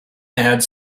ads